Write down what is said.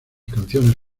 canciones